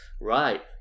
Right